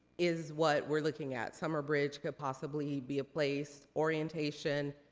is what we're looking at. summer bridge could possibly be a place, orientation,